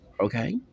okay